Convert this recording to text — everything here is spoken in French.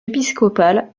épiscopal